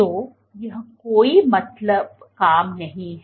तो यह कोई मतलब काम नहीं है